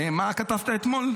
מה כתבת אתמול?